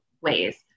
ways